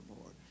Lord